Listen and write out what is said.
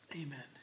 Amen